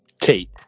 tate